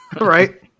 Right